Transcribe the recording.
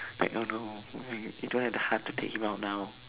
like no you don't have the hear to take him out now